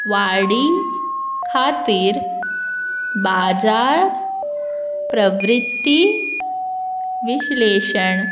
वाडी खातीर बाजार प्रवृत्ती विश्लेशण